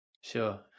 Sure